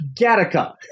Gattaca